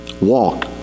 walk